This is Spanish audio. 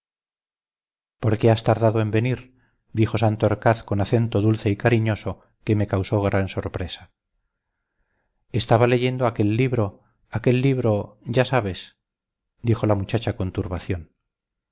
qué has tardado en venir dijo santorcaz con acento dulce y cariñoso que me causó gran sorpresa estaba leyendo aquel libro aquel libro ya sabes dijo la muchacha con turbación